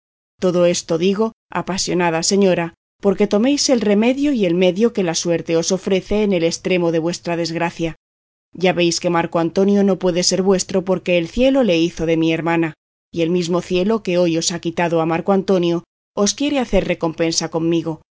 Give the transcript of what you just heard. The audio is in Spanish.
todo esto digo apasionada señora porque toméis el remedio y el medio que la suerte os ofrece en el estremo de vuestra desgracia ya veis que marco antonio no puede ser vuestro porque el cielo le hizo de mi hermana y el mismo cielo que hoy os ha quitado a marco antonio os quiere hacer recompensa conmigo